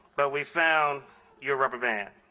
but we found your rubber band.